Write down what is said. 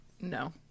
No